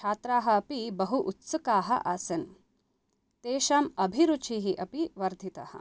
छात्राः अपि बहु उत्सुकाः आसन् तेषाम् अभिरुचिः अपि वर्धितः